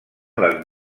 les